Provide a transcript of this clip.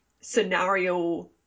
scenario